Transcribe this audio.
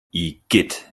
igitt